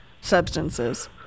substances